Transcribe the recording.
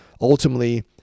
ultimately